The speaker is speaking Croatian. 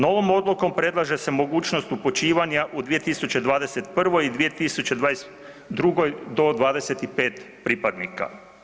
Novom odlukom predlaže se mogućnost upućivanja u 2021. i 2022. do 25 pripadnika.